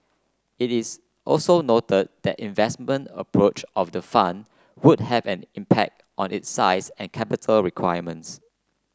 it is also noted that investment approach of the fund would have an impact on its size and capital requirements